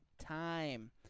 time